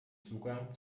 zugang